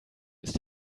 ist